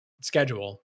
schedule